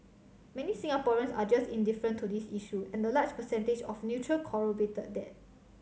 many Singaporeans are just indifferent to this issue and the large percentage of neutral corroborated that